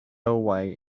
away